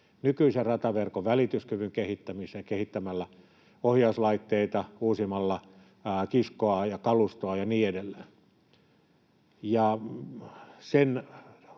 nykyisen rataverkon välityskyvyn kehittämiseen kehittämällä ohjauslaitteita, uusimalla kiskoa ja kalustoa ja niin edelleen.